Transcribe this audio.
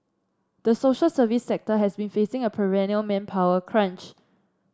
the social service sector has been facing a perennial manpower crunch